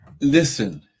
Listen